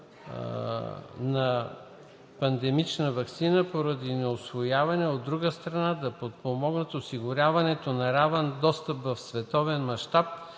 на пандемична ваксина поради неусвояване, а от друга страна – да подпомогнат осигуряването на равен достъп в световен мащаб